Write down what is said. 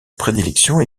prédilection